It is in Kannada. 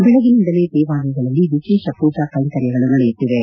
ಬೆಳಗಿನಿಂದಲೇ ದೇವಾಲಯಗಳಲ್ಲಿ ವಿಶೇಷ ಪೂಜಾ ಕ್ಯೆಂಕರ್ಯಗಳು ನಡೆಯುತ್ತಿವೆ